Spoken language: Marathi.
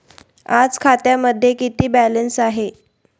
आज खात्यामध्ये किती बॅलन्स आहे?